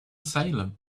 salem